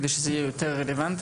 כדי שזה יהיה יותר רלוונטי